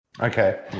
Okay